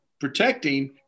protecting